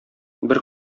бер